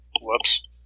Whoops